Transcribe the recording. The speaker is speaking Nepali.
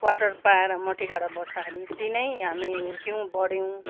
क्वार्टर पाएर मतिगाडा बस्दाखेरि त्यहीँ नै हामी हुर्कियौँ बढ्यौँ